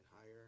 higher